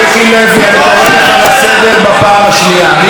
מיקי לוי, אני קורא אותך לסדר פעם שנייה.